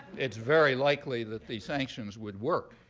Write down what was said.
it's very likely that these sanctions would work.